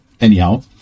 anyhow